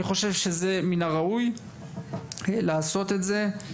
אני חושב שזה מן הראוי לעשות את זה.